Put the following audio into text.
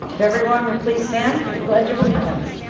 everyone would please stand for the pledge of allegiance.